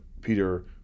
Peter